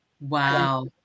Wow